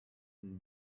and